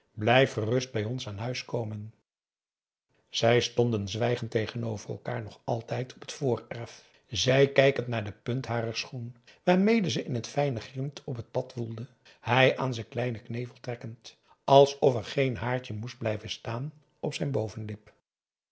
blijf gerust bij ons aan huis komen zij stonden zwijgend tegenover elkaar nog altijd op het voorerf zij kijkend naar de punt harer schoen waarmede ze in t fijne grint op t pad woelde hij aan zijn kleinen knevel trekkend alsof er geen haartje moest blijven staan op zijn bovenlip